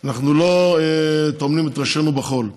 אנחנו לא טומנים את ראשנו בחול,